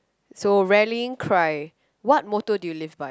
so rallying cry what motto do you live by